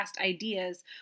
ideas